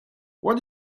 what